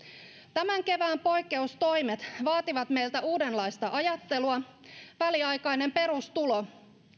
tämän kevään poikkeustoimet vaativat meiltä uudenlaista ajattelua väliaikainen perustulo